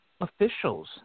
officials